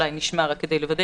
כבר ביום התשיעי.